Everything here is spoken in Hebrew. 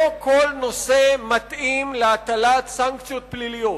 לא כל נושא מתאים להטלת סנקציות פליליות.